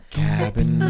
cabin